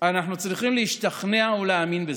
אנחנו צריכים להשתכנע ולהאמין בזה.